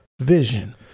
vision